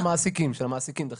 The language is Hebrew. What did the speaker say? של המעסיקים דחית.